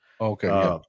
Okay